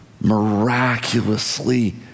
miraculously